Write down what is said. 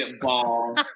Ball